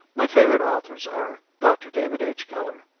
my favorite authors are dr. david h. keller,